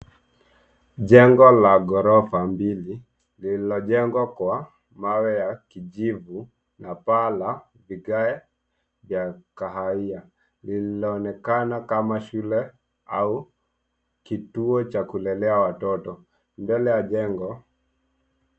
Jengo la ghorofa mbili lililojengwa kwa mawe ya kijivu na paa la vigae vya kahawia. Linaonekana kama shule au kituo cha kulelea watoto. Mbele ya jengo,